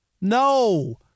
no